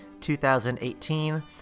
2018